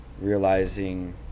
realizing